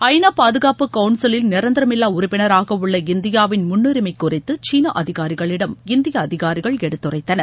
ஐ நா பாதுகாப்பு கவுன்சிலில் நிரந்தரமில்லா உறுப்பினராக உள்ள இந்தியாவின் முன்னுரிமை குறித்து சீன அதிகாரிகளிடம் இந்திய அதிகாரிகள் எடுத்துரைத்தனர்